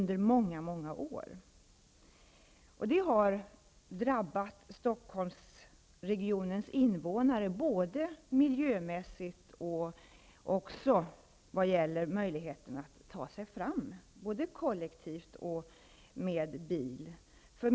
Detta har drabbat Stockholmsregionens invånare både miljömässigt och när det gäller möjligheterna att ta sig fram såväl kollektivt som med egen bil.